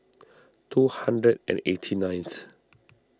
two hundred and eighty ninth